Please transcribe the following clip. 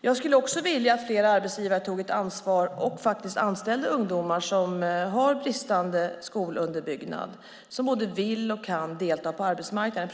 Jag skulle också vilja att fler arbetsgivare tog ett ansvar och faktiskt anställde ungdomar som har bristande skolunderbyggnad men som både vill och kan delta på arbetsmarknaden.